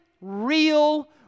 real